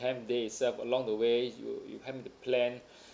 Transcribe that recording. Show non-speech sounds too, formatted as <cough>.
the ten day itself along the way you you help me to plan <breath>